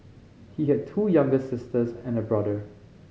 he had two younger sisters and a brother